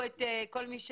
אני לא יודע מה דעת הח"כים,